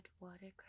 watercress